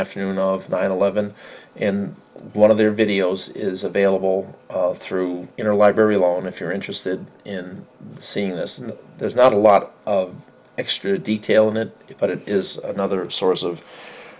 afternoon of nine eleven and one of their videos is available through interlibrary loan if you're interested in seeing this and there's not a lot of extra detail in it but it is another source of